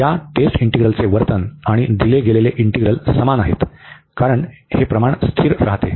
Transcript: आणि या टेस्ट इंटीग्रलचे वर्तन आणि दिले गेलेले इंटीग्रल समान आहे कारण हे प्रमाण स्थिर राहते